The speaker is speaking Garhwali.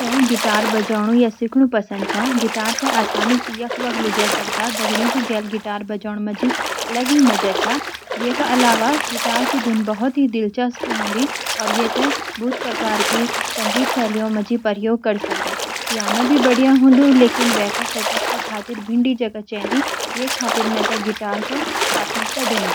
मेते गिटार बाजोनू या सिखनु पसंद छ। गिटार ते आसान सी यख वख लीजे सकदां। दगडियॉन की गेल गिटार बजोंन माजी माजा ही अलग छा। या का अलावा गिअत की धुन भूत ही दिलचस्प होंदी और येते भूत प्रकार की संगीत सेलियों मजी प्रयोग क्रि सकदां। पियोआनो भी बदिया होंडु लेकिन वेका सेटअप का खातिर भिंडी जघ चेंडी छ.यखातिर में गिटार ते प्रथमिकता देंदु।